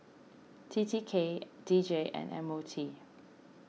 T T K D J and M O T